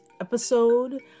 episode